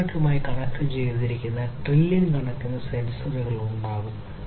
ഇന്റർനെറ്റുമായി കണക്റ്റുചെയ്തിരിക്കുന്ന ട്രില്യൺ കണക്കിന് സെൻസറുകൾ ഉണ്ടാകും